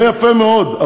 זה יפה מאוד,